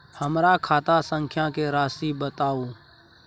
हमर खाता संख्या के राशि बताउ